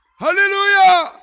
Hallelujah